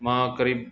मां क़रीब